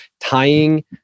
tying